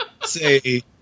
Say